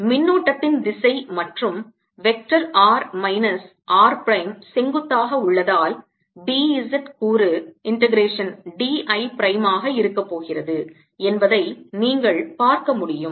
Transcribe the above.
எனவே மின்னோட்டத்தின் திசை மற்றும் vector r minus r prime செங்குத்தாக உள்ளதால் B z கூறு integration d I பிரைம் ஆக இருக்க போகிறது என்பதை நீங்கள் பார்க்க முடியும்